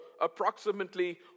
approximately